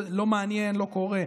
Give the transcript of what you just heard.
לא מעניין, לא קורה.